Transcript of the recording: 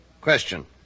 Question